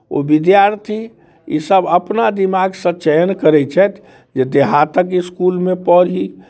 ओ विद्यार्थी ईसभ अपना दिमागसँ चयन करैत छथि जे देहातक इसकुलमे पढ़ी